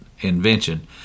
invention